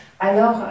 Alors